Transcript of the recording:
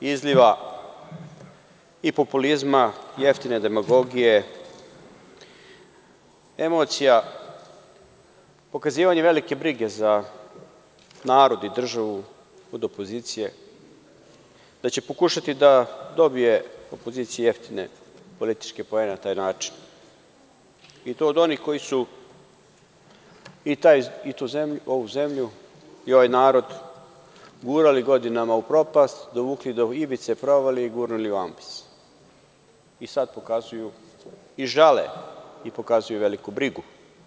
izliva i populizma, jeftine demagogije, emocija, pokazivanja velike brige za narod i državu od opozicije, da će pokušati opozicija da dobije jeftine političke poene na taj način, i to od onih koji su ovu zemlju i ovaj narod gurali godinama u propast, dovukli do ivice provalije i gurnuli u ambis, a sada žale i pokazuju veliku brigu.